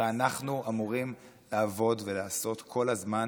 הרי אנחנו אמורים לעבוד ולעשות כל הזמן